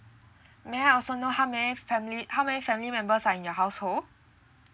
may I also know how many family how many family members are in your household